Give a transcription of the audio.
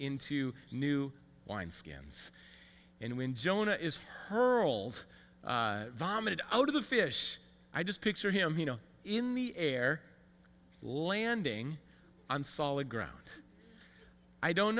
into new wine skins and when jonah is hurled vomited out of the fish i just picture him you know in the air landing on solid ground i don't